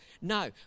No